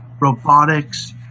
robotics